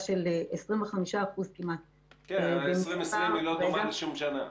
של 25% כמעט במספר --- 2020 לא דומה לשום שנה.